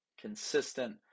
consistent